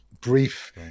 brief